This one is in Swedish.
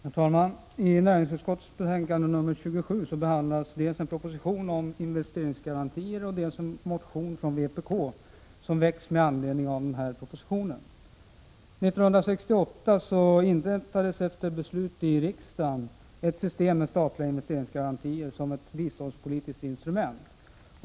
Herr talman! I näringsutskottets betänkande 27 behandlas dels en proposition om investeringsgarantier, dels en motion från vpk som väckts med anledning av propositionen. År 1968 inrättades efter beslut i riksdagen ett system med statliga investeringsgarantier som ett biståndspolitiskt instrument.